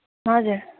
हजुर